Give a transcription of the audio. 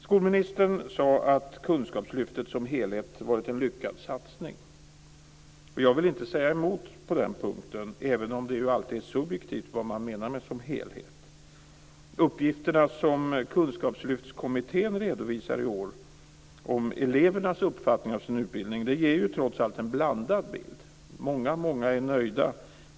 Skolministern sade att kunskapslyftet som helhet varit en lyckad satsning. Jag vill inte säga emot på den punkten även om det alltid är subjektivt vad man menar med "som helhet". Uppgifterna som Kunskapslyftskommittén redovisar i år om elevernas uppfattning om sin utbildning ger trots allt en blandad bild. Många är nöjda.